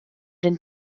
den